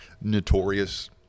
notorious